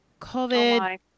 COVID